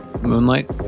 moonlight